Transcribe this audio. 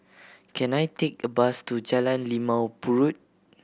can I take a bus to Jalan Limau Purut